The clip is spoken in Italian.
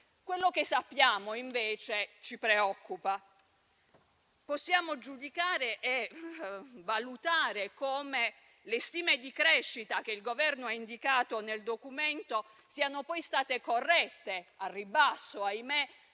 Quello che sappiamo, invece, ci preoccupa. Possiamo giudicare e valutare come le stime di crescita che il Governo ha indicato nel Documento siano poi state corrette al ribasso - ahimè